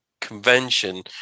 convention